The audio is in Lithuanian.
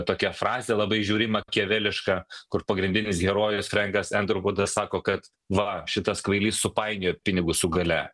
tokia frazė labai žiauri makiaveliška kur pagrindinis herojus frenkas andervudas sako kad va šitas kvailys supainiojo pinigus su galia